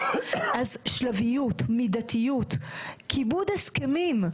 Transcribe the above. אז שלביות, מידתיות, כיבוד הסכמים.